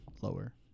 Lower